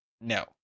no